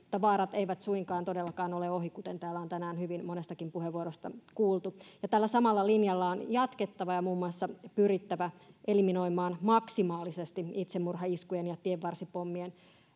vaarat eivät suinkaan todellakaan ole ohi kuten täällä on tänään hyvin monessakin puheenvuorossa kuultu tällä samalla linjalla on jatkettava ja muun muassa pyrittävä eliminoimaan maksimaalisesti itsemurhaiskujen ja tienvarsipommien